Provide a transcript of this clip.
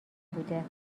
بوده